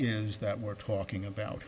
is that we're talking about